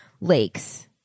lakes